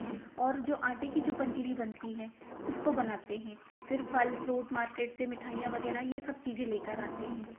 और जो आटे की जो पंजीरी बनती है उसको बनाते हैं फिर फल फ्रूट मार्केट से मिठाइयाँ वगैरह यह सब चीज़ें लेकर आते हैं